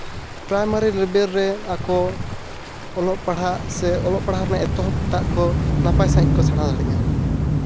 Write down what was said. primary ᱞᱮᱵᱮᱞ ᱨᱮᱱ ᱟᱠᱚ ᱚᱞᱚᱜ ᱯᱟᱲᱦᱟᱜ ᱥᱮ ᱚᱞᱚᱜ ᱯᱟᱲᱦᱟᱜ ᱨᱮᱱᱟᱜ ᱮᱛᱚᱦᱚᱵ ᱴᱟᱜ ᱠᱚ ᱱᱟᱯᱟᱭ ᱥᱟᱺᱦᱤᱡ ᱠᱚ ᱥᱮᱬᱟ ᱫᱟᱲᱮᱜᱼᱟ